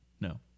No